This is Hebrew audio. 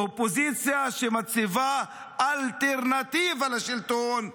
אופוזיציה שמציבה אלטרנטיבה לשלטון.